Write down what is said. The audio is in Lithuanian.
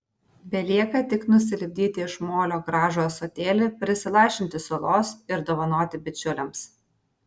belieka tik nusilipdyti iš molio gražų ąsotėlį prisilašinti sulos ir dovanoti bičiuliams